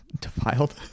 Defiled